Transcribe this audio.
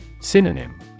Synonym